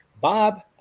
Bob